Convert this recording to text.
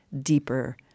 deeper